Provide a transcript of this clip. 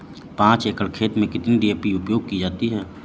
पाँच एकड़ खेत में कितनी डी.ए.पी उपयोग की जाती है?